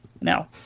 Now